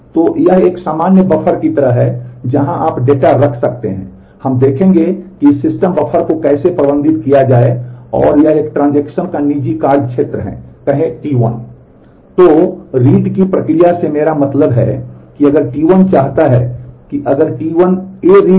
तो यह एक सामान्य बफर की तरह है जहां आप डेटा रख सकते हैं हम देखेंगे कि इस सिस्टम बफर को कैसे प्रबंधित किया जाए और यह एक ट्रांजेक्शन का निजी कार्य क्षेत्र है कहें T1